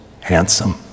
handsome